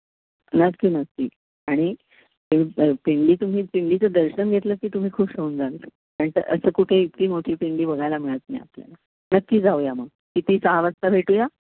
नक्की नक्की आणि प पिंडी तुम्ही पिंडीचं दर्शन घेतलं की तुम्ही खूश होऊन जाल पण असं कुठे इतकी मोठी पिंडी बघायला मिळत नाही आपल्याला नक्की जाऊया मग किती सहा वाजता भेटूया